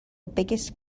biggest